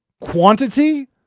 quantity